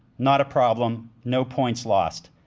not problem, no points lost.